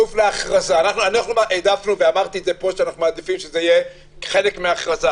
פה שאנחנו מעדיפים שזה יהיה חלק מההכרזה.